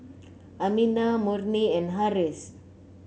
Aminah Murni and Harris